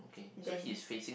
then